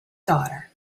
daughter